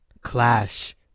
clash